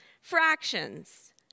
fractions